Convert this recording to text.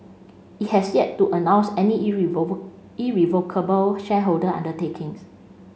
it has yet to announce any irrevocable shareholder undertakings